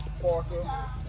Parker